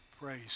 Praise